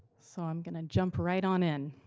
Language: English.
so i'm gonna jump right on in.